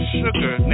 sugar